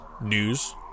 news